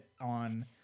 on